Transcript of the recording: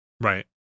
Right